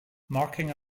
marking